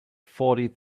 forty